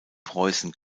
preußen